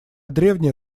древняя